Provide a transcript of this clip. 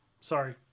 sorry